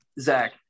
Zach